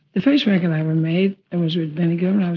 the first record i ever made, it was with benny goodman. i was.